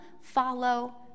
follow